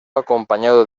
acompañado